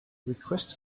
requests